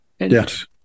Yes